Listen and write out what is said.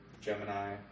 Gemini